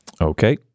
Okay